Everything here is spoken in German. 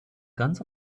ganz